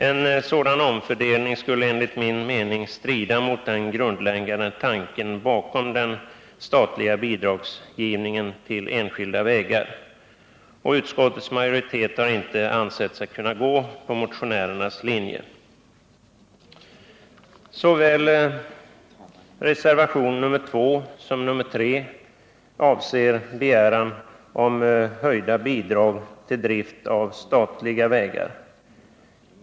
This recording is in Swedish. En sådan omfördelning skulle enligt min mening strida mot den grundläggande tanken bakom den statliga bidragsgivningen till enskilda vägar. Utskottets majoritet har inte ansett sig kunna gå på motionärernas linje. I reservationerna 2 och 3 begärs höjda bidrag till drift av statliga vägar.